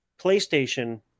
PlayStation